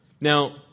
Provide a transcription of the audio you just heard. Now